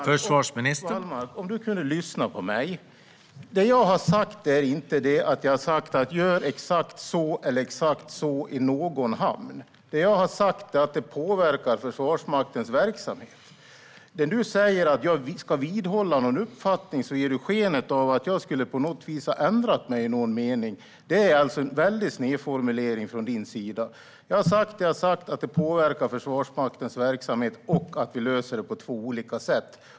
Herr talman! Wallmark! Om du kunde lyssna på mig! Det jag har sagt är inte att man ska göra exakt si eller exakt så i någon hamn. Det jag har sagt är att det påverkar Försvarsmaktens verksamhet. När du säger att jag ska vidhålla någon uppfattning ger du sken av att jag på något vis skulle ha ändrat mig i någon mening. Det är en väldigt sned formulering från din sida. Jag har sagt det jag har sagt: Det påverkar Försvarsmaktens verksamhet, och vi löser det på två olika sätt.